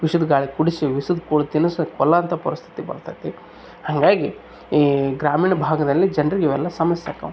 ವಿಷದ ಗಾಳಿ ಕುಡಿಸಿ ವಿಷದ ಕೂಳು ತಿನ್ಸಿ ಕೊಲ್ಲುವಂಥ ಪರಿಸ್ಥಿತಿ ಬರ್ತಾದೆ ಹಂಗಾಗಿ ಈ ಗ್ರಾಮೀಣ ಭಾಗದಲ್ಲಿ ಜನರಿಗೆ ಇವೆಲ್ಲ ಸಮಸ್ಯೆ ಆಗ್ತಾವ್